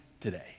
today